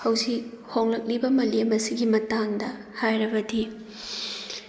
ꯍꯧꯖꯤꯛ ꯍꯣꯡꯂꯛꯂꯤꯕ ꯃꯥꯂꯦꯝ ꯑꯁꯤꯒꯤ ꯃꯇꯥꯡꯗ ꯍꯥꯏꯔꯕꯗꯤ